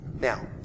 Now